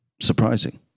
surprising